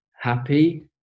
happy